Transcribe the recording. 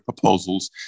proposals